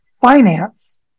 finance